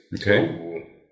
Okay